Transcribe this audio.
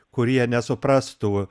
kurie nesuprastų